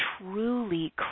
truly